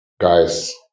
guys